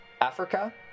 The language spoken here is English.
Africa